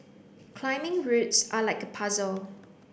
climbing routes are like a puzzle